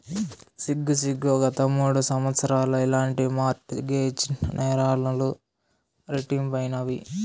సిగ్గు సిగ్గు, గత మూడు సంవత్సరాల్ల ఇలాంటి మార్ట్ గేజ్ నేరాలు రెట్టింపైనాయి